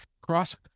cross